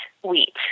wheat